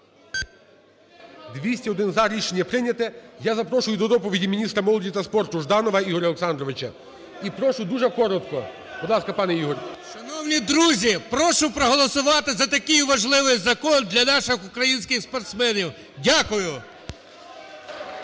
За-201 Рішення прийнято. Я запрошую до доповіді міністра молоді та спорту Жданова Ігоря Олександровича. І прошу дуже коротко, будь ласка, пане Ігоре. 17:25:20 ЖДАНОВ І.О. Шановні друзі, прошу проголосувати за такий важливий закон для наших українських спортсменів. Дякую.